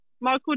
Michael